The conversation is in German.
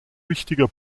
wichtiger